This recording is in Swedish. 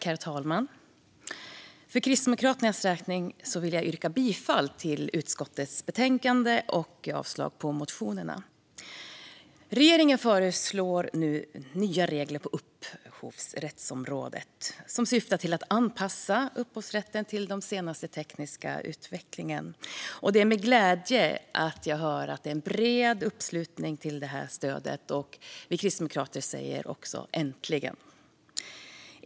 Herr talman! För Kristdemokraternas räkning vill jag yrka bifall till utskottets förslag och avslag på motionerna. Regeringen föreslår nya regler på upphovsrättsområdet som syftar till att anpassa upphovsrätten till den senaste tekniska utvecklingen. Det är med glädje jag hör att det är en bred uppslutning bakom detta, och också vi kristdemokrater säger: Äntligen!